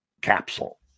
capsule